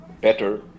better